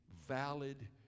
valid